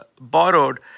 borrowed